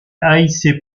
haïssait